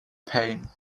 pain